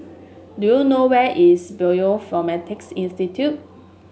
do you know where is Bioinformatics Institute